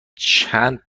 چند